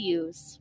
use